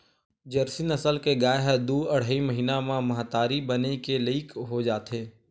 Jersey नसल के गाय ह दू अड़हई महिना म महतारी बने के लइक हो जाथे